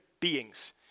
beings